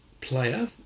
player